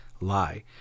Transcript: lie